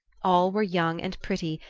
all were young and pretty,